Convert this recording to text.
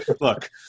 look